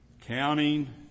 Counting